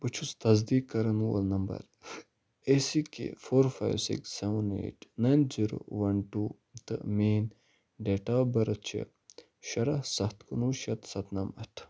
بہٕ چھُس تصدیٖق کَرَن وول number A C K four five six seven eight nine zero one two تہٕ میٛٲنۍ ڈیٹ آف بٔرٕتھ چھِ شُراہ سَتھ کُنوُہ شٮ۪تھ سَتنَمَتھ